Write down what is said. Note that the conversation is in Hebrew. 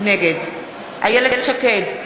נגד איילת שקד,